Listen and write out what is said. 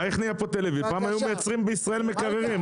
פעם היינו מייצרים בישראל מקררים,